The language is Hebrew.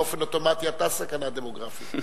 באופן אוטומטי אתה סכנה דמוגרפית.